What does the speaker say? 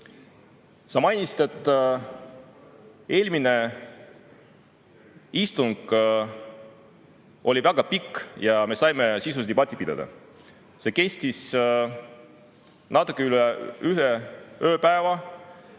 Sa mainisid, et eelmine istung oli väga pikk ja me saime sisulist debatti pidada. See kestis natuke üle ühe ööpäeva.